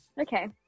Okay